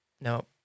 No